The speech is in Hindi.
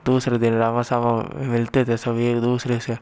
दूसरे दिन रामा सामा में मिलते थे सब एक दूसरे से